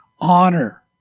honor